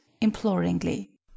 imploringly